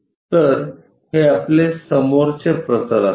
तर हे आपले समोरचे प्रतल असेल